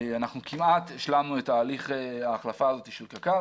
כמעט השלמנו את תהליך ההחלפה של קק"ל.